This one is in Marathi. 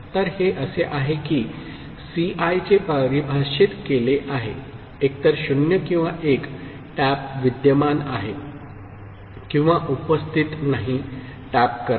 तर हे असे आहे की सीआय चे परिभाषित केले आहे एकतर 0 किंवा 1 टॅप विद्यमान आहे किंवा उपस्थित नाही टॅप करा